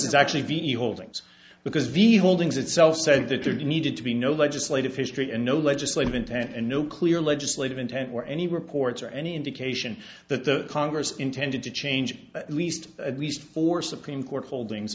is actually the holdings because the holdings itself said that you needed to be no legislative history and no legislative intent and no clear legislative intent or any reports or any indication that congress intended to change at least at least four supreme court holdings